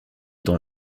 dans